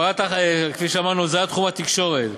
כפי שאמרנו, הוזלת תחום התקשורת,